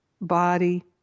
body